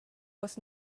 was